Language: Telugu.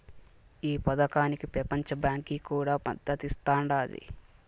ఈ పదకానికి పెపంచ బాంకీ కూడా మద్దతిస్తాండాది